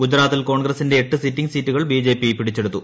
ഗുജറാത്തിൽ കോൺഗ്രസിന്റെ എട്ട് സിറ്റിംഗ് സീറ്റുകൾ ബിജെപി പിടിച്ചെടുത്തു